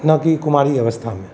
न कि कुमारी अवस्था में